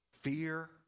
fear